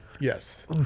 Yes